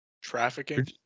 trafficking